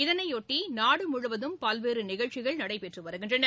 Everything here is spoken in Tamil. இதனையொட்டி நாடு முழுவதும் பல்வேறு நிகழ்ச்சிகள் நடைபெற்று வருகின்றன